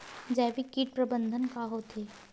जैविक कीट प्रबंधन का होथे?